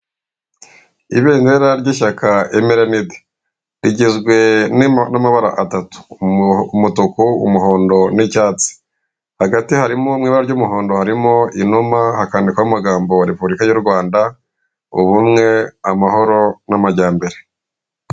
Ibendera ry'ishyaka emerenide rigizwe n'amabara atatu umutuku, umuhondo n'icyatsi, hagati harimo mu ibara ry'umuhondo harimo inuma hakandikwaho amagambo repubulika y'u Rwanda, ubumwe, amahoro n'amajyambere.